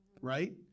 Right